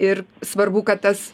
ir svarbu kad tas